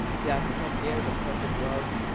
to have come near the perfect love,